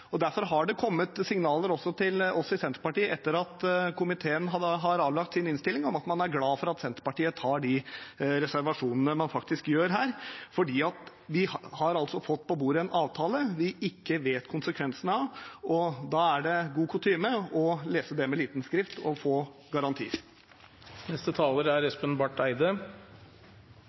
Derfor har det kommet signaler, også til oss i Senterpartiet, etter at komiteen avga sin innstilling, om at man er glad for at Senterpartiet har de reservasjonene man faktisk har her. Vi har fått en avtale på bordet vi ikke vet konsekvensene av, og da er det god kutyme å lese det med liten skrift og få